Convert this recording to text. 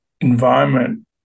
environment